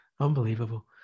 Unbelievable